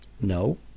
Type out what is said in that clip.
No